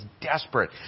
desperate